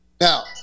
Now